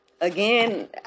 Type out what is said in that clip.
again